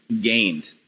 gained